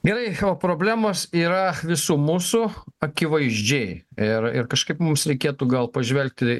gerai o problemos yra visų mūsų akivaizdžiai ir ir kažkaip mums reikėtų gal pažvelgti